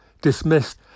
dismissed